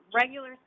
regular